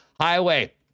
Highway